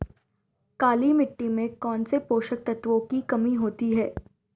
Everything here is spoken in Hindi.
काली मिट्टी में कौनसे पोषक तत्वों की कमी होती है?